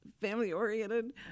family-oriented